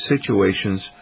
situations